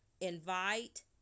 invite